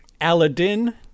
Aladdin